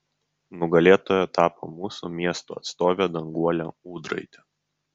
nugalėtoja tapo mūsų miesto atstovė danguolė ūdraitė